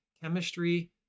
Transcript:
Chemistry